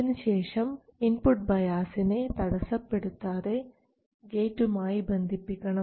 ഇതിനുശേഷം ഇൻപുട്ട് ബയാസിനെ തടസ്സപ്പെടുത്താതെ ഗേറ്റുമായി ബന്ധിപ്പിക്കണം